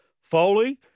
Foley